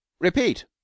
repeat